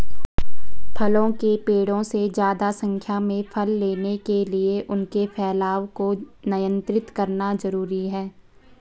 फलों के पेड़ों से ज्यादा संख्या में फल लेने के लिए उनके फैलाव को नयन्त्रित करना जरुरी है